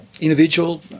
individual